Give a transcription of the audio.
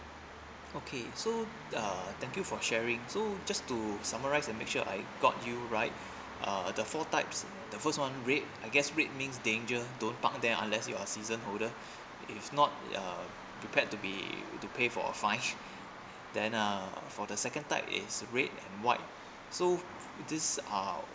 okay so uh thank you for sharing so just to summarize and make sure I got you right uh the four types the first one red I guess red means danger don't park there unless you're season holder if not uh prepared to be to pay for fine then uh for the second type is red and white so this uh